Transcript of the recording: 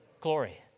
Glory